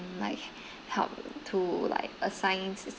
like help to like assign